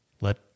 let